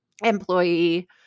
employee